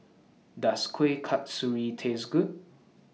Does Kuih Kasturi Taste Good